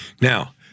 Now